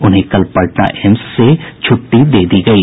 उन्हें कल पटना एम्स से छुट्टी दे दी गयी